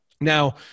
Now